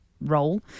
role